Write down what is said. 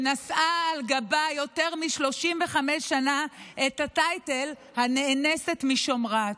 שנשאה על גבה יותר מ-35 שנה את הטייטל "הנאנסת משומרת".